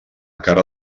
cara